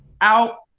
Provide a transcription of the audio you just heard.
out